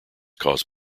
caused